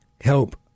help